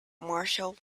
marshall